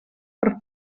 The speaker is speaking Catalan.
per